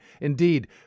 indeed